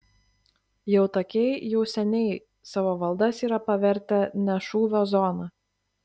jautakiai jau seniai savo valdas yra pavertę ne šūvio zona